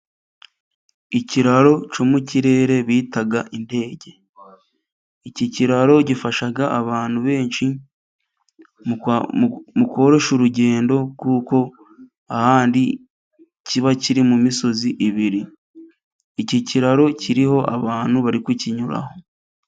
Ikiraro cyo mu kirere bita indege, iki kiraro gifasha abantu benshi mu koroshya urugendo kuko ahandi kiba kiri mu misozi ibiri. Iki kiraro kiriho abantu bari kukinyuraho.